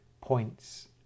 points